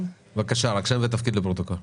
בבקשה, רק שם ותפקיד לפרוטוקול.